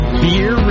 beer